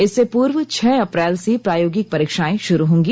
इससे पूर्व छह अप्रैल से प्रायोगिक परीक्षाएं शुरू होंगी